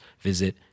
visit